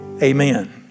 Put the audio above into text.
Amen